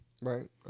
Right